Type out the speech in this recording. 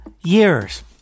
years